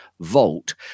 vault